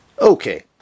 Okay